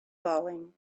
falling